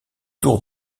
tour